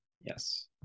Yes